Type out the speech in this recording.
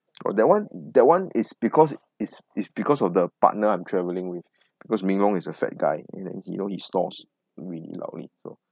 oh that [one] that [one] it's because it's it's because of the partner I'm travelling with because ming long is a fat guy you know you know he snores really loudly so